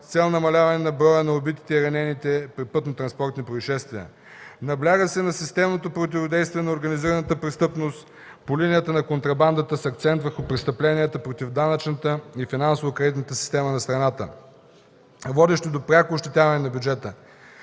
с цел намаляване на броя на убитите и ранените при пътно-транспортни произшествия. Набляга се на системното противодействие на организираната престъпност по линията на контрабандата с акцент върху престъпленията против данъчната и финансово-кредитната система на страната, водещи до пряко ощетяване на бюджета.